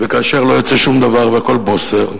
וכאשר לא יוצא שום דבר והכול בוסר,